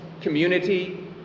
community